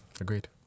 Agreed